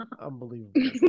unbelievable